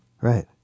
Right